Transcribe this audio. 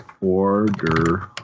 Order